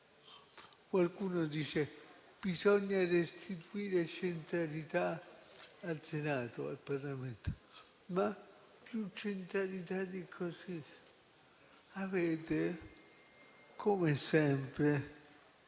Qualcuno dice che bisogna restituire centralità al Senato e al Parlamento. Più centralità di così? Avete, come sempre,